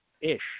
ish